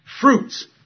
fruits